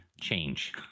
change